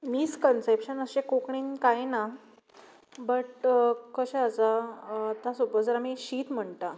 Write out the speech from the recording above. misconception अशें कोंकणींत कांय ना बट कशें आसा आतां सपोझ जर आमी शीत म्हणटा